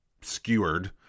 skewered